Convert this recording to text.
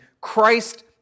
Christ